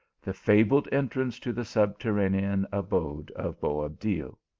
the fabled entrance to the subterranean abode of boabdil.